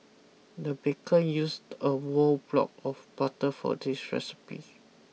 the baker used a war block of butter for this recipe